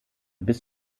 bis